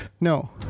No